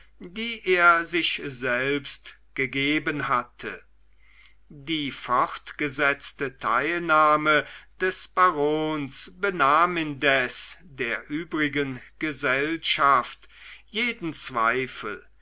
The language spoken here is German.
die er sich selbst gegeben hatte die fortgesetzte teilnahme des barons benahm indes der übrigen gesellschaft jeden zweifel